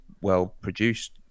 well-produced